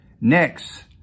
Next